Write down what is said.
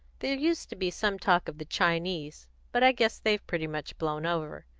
there used to be some talk of the chinese, but i guess they've pretty much blown over.